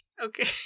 Okay